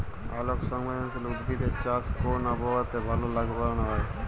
আলোক সংবেদশীল উদ্ভিদ এর চাষ কোন আবহাওয়াতে ভাল লাভবান হয়?